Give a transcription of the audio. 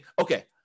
okay